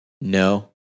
No